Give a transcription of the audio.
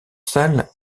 salles